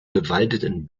bewaldeten